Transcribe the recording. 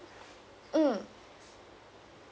mm